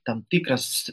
tam tikras